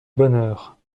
bonheur